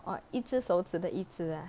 我一支手指的一支 ah